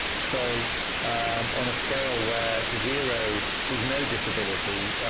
so on a scale where zero is no disability